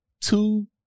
two